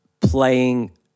playing